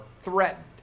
threatened